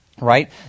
Right